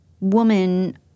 woman